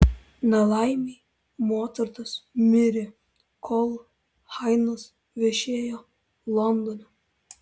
nelaimei mocartas mirė kol haidnas viešėjo londone